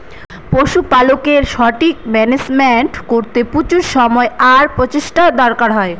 পশুপালকের সঠিক মান্যাজমেন্ট করতে প্রচুর সময় আর প্রচেষ্টার দরকার হয়